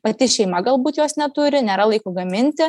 pati šeima galbūt jos neturi nėra laiko gaminti